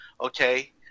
okay